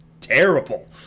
terrible